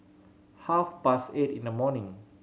half past eight in the morning